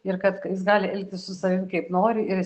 ir kad jis gali elgtis su savim kaip nori ir jis